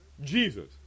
Jesus